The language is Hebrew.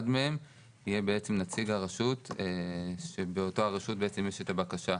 מהם יהיה בעצם נציג הרשות שבאותה רשות בעצם יש את הבקשה.